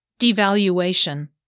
devaluation